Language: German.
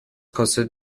kostet